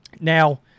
Now